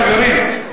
חברים,